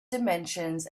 dimensions